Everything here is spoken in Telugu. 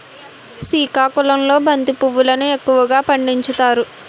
సికాకుళంలో బంతి పువ్వులును ఎక్కువగా పండించుతారు